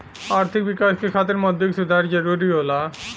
आर्थिक विकास क खातिर मौद्रिक सुधार जरुरी होला